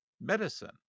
medicine